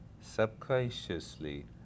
subconsciously